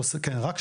אנחנו